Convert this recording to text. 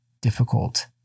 difficult